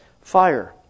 fire